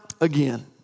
again